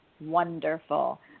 wonderful